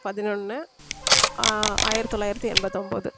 பதினொன்று ஆயிரத்து தொள்ளாயிரத்து எண்பத்தி ஒம்பது